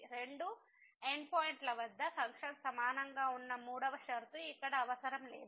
రెండు ఎండ్ పాయింట్ల వద్ద ఫంక్షన్ సమానంగా ఉన్న మూడవ షరతు ఇక్కడ అవసరం లేదు